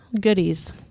goodies